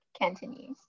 Cantonese